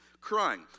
crying